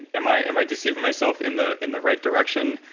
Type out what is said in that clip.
am i am i deceiving myself in the in the right direction,